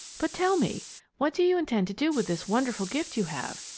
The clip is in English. but, tell me what do you intend to do with this wonderful gift you have?